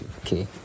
okay